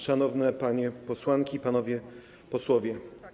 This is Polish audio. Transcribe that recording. Szanowne Panie Posłanki i Panowie Posłowie!